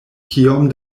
kiom